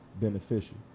beneficial